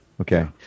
Okay